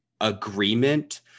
agreement